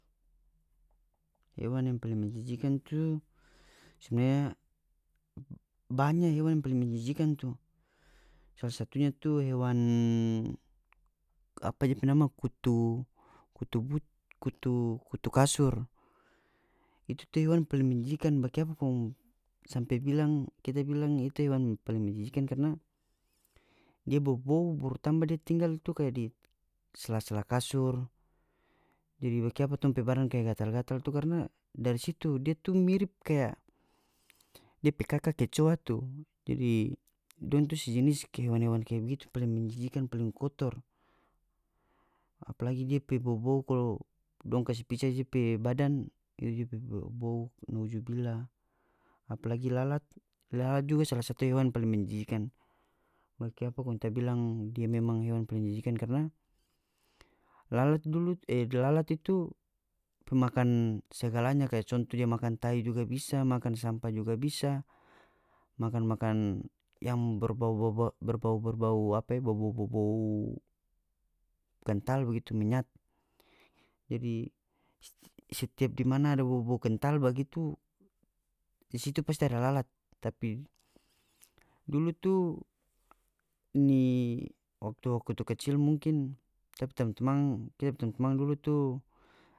Hewan yang paling menjijikan tu sebenarnya banya hewan yang paling menjijikan tu sala satunya tu hewan apa depe nama kutu kutu kutu kasur itu tu hewan yang paling menjijikan bakiapa kong sampe bilang kita bilang itu hewan paling menjijikan karna dia bobou baru tamba dia tinggal tu kaya di sela-sela kasur jadi bakiapa tong pe badan kaya gatal-gatal tu karna dari situ dia tu mirip kaya depe kaka kecoa tu jadi dong tu sejenis kaya hewan-hewan kaya begitu paling menjijikan paling kotor apalagi dia pe bobou kalau dong kase pica depe badan itu dia pe bobou nauzubillah apalagi lalat lalat juga sala satu hewan yang paling menjijikan bakiapa kong ta bilang dia memang hewan paling menjijikan karna lalat dulu e lalat itu pemakan segalanya kaya conto dia makan tai juga bisa makan sampa juga bisa makan makanan yang berbau berbau berbau berbau kantal begitu menyat jadi setiap di mana ada bobou kental bagitu di situ pasti ada lalat tapi dulu tu ini waktu-waktu kecil mungkin tape tamang-tamang kita pe tamang-tamang dulu tu.